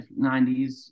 90s